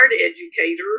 educator